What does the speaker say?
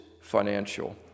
financial